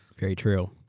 very true.